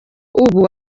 ubu